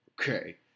Okay